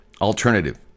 alternative